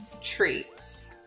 Treats